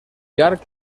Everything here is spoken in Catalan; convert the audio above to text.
llarg